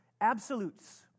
Absolutes